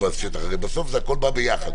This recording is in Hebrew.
הרי בסוף הכול בא ביחד,